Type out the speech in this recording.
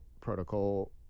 Protocol